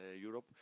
Europe